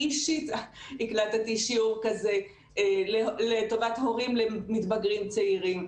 אני אישית הקלטתי שיעור כזה לטובת הורים למתבגרים צעירים.